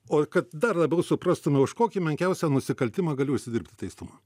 o kad dar labiau suprastume už kokį menkiausią nusikaltimą galiu užsidirbti teistumą